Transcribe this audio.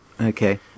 Okay